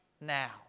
now